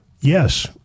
yes